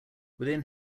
within